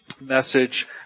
message